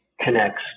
connects